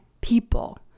people